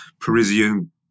Parisian